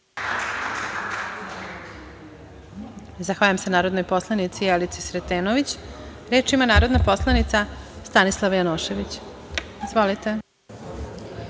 Zahvaljujem se, narodnoj poslanici Jelici Sretenović. Reč ima narodna poslanica, Stanislava Janošević. Izvolite.